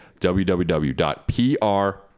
www.pr